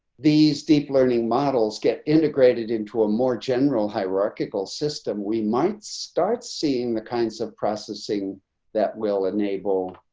these deep learning models get integrated into a more general hierarchical system, we might start seeing the kinds of processing that will enable